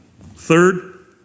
third